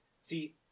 See